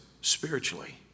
spiritually